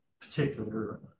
particular